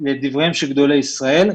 לדבריהם של גדולי ישראל.